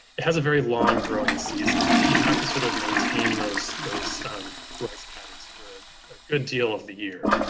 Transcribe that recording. it has a very long growing season. you have to sort of maintain those those rice patties for a good deal of the year.